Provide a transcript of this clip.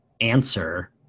answer